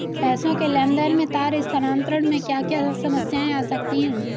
पैसों के लेन देन में तार स्थानांतरण में क्या क्या समस्याएं आ सकती हैं?